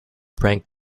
prank